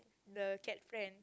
the cat friend